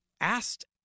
asked